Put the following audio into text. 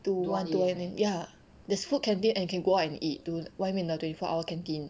to one A_M eh ya there's food canteen and can go out and eat to 外面的 twenty four hour canteen